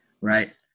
Right